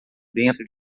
dentro